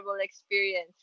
experience